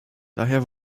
daher